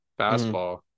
fastball